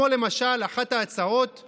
למשל, אחת ההצעות היא